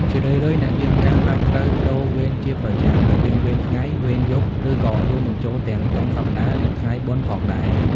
ជារឿយៗ អ្នកយាមកាមអាចត្រូវប្ដូរវេនជាប្រចាំ រវាងវេនថ្ងៃ វេនយប់ ឬក៏រួមបញ្ចូលទាំងចុងសប្តាហ៍ និងថ្ងៃបុណ្យផងដែរ។